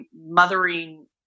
mothering